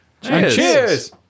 Cheers